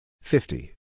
Fifty